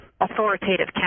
authoritative